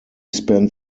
spent